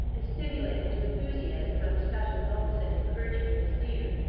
and stimulated to enthusiasm by the special notice and encouragement of his leader,